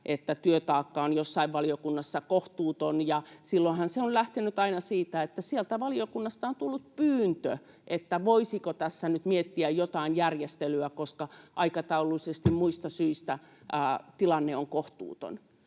työtaakka on jossain valiokunnassa kohtuuton. Silloinhan se on lähtenyt aina siitä, että sieltä valiokunnasta on tullut pyyntö, voisiko tässä nyt miettiä jotain järjestelyä, koska aikataulullisesti muista syistä tilanne on kohtuuton.